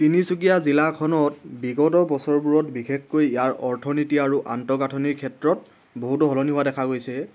তিনিচুকীয়া জিলাখনত বিগত বছৰবোৰত বিশেষকৈ ইয়াৰ অৰ্থনীতি আৰু আন্তঃগাঁথনিৰ ক্ষেত্ৰত বহুতো সলনি হোৱা দেখা গৈছে